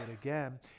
again